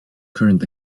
current